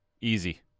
easy